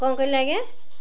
କ'ଣ କହିଲେ ଆଜ୍ଞା